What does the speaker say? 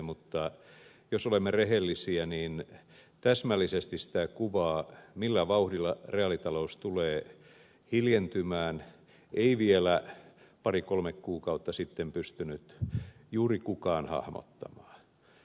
mutta jos olemme rehellisiä niin täsmällisesti sitä kuvaa millä vauhdilla reaalitalous tulee hiljentymään ei vielä pari kolme kuukautta sitten pystynyt juuri kukaan hahmottamaan